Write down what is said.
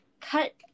cut